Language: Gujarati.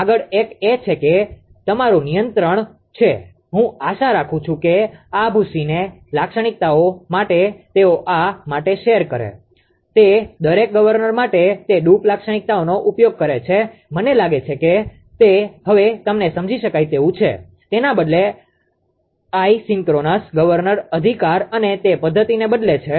આગળ એક એ છે કે તમારું નિયંત્રણ છે હું આશા રાખું છું કે આ ભૂંસીને લાક્ષણિકતાઓ માટે તેઓ શા માટે કરે છે તે દરેક ગવર્નર માટે તે ડ્રૂપ લાક્ષણિકતાનો ઉપયોગ કરે છે મને લાગે છે કે તે હવે તમને સમજી શકાય તેવું છે તેના બદલે આઇસોક્રોનસ ગવર્નર અધિકાર અને તે પદ્ધતિને બદલે છે